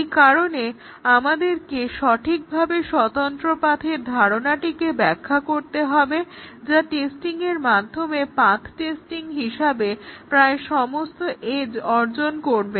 এই কারণে আমাদেরকে সঠিকভাবে স্বতন্ত্র পাথের ধারণাটিকে ব্যাখ্যা করতে হবে যা টেস্টিংয়ের মাধ্যমে পাথ টেস্টিং হিসাবে প্রায় সমস্ত এজ অর্জন করবে